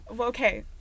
Okay